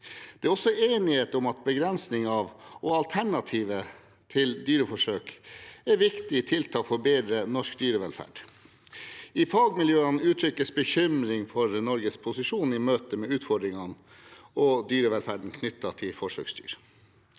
Det er også enighet om at begrensning av – og alternativer til – dyreforsøk er viktige tiltak for å bedre norsk dyrevelferd. I fagmiljøene uttrykkes det bekymring for Norges posisjon i møte med utfordringene og dyrevelferden knyttet til forsøksdyr.